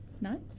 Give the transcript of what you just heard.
Nice